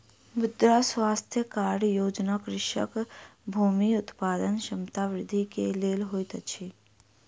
मृदा स्वास्थ्य कार्ड योजना कृषकक भूमि उत्पादन क्षमता वृद्धि के लेल होइत अछि